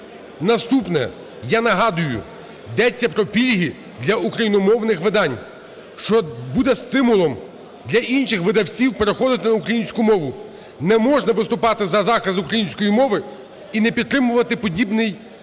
Наступне. Я нагадую, йдеться про пільги для україномовних видань, що буде стимулом для інших видавців переходити на українську мову. Не можна виступати за захист української мови і не підтримувати подібний напрям